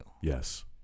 yes